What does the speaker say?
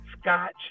Scotch